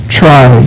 try